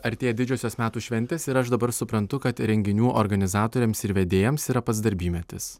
artėja didžiosios metų šventės ir aš dabar suprantu kad renginių organizatoriams ir vedėjams yra pats darbymetis